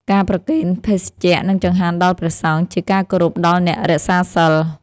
ការប្រគេនភេសជ្ជៈ និងចង្ហាន់ដល់ព្រះសង្ឃ ជាការគោរពដល់អ្នករក្សាសីល។